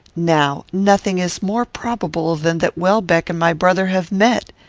now, nothing is more probable than that welbeck and my brother have met.